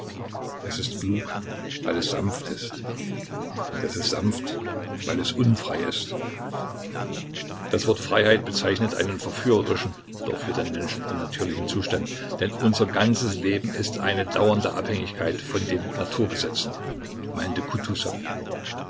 es ist klug weil es sanft ist und es ist sanft weil es unfrei ist das wort freiheit bezeichnet einen verführerischen doch für den menschen unnatürlichen zustand denn unser ganzes leben ist eine dauernde abhängigkeit von den naturgesetzen meinte